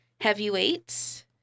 Heavyweights